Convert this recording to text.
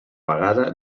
vegada